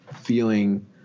feeling